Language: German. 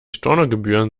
stornogebühren